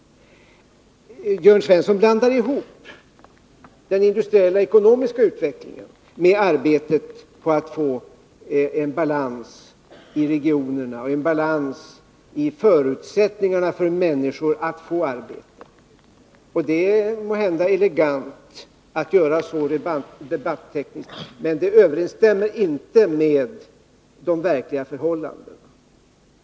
Jörn Svensson blandar ihop den industriella ekonomiska utvecklingen med arbetet på att få en balans i regionerna och en balans i förutsättningarna för människorna att få arbete. Det är måhända elegant debattekniskt att göra så, men det överensstämmer inte med de verkliga förhållandena.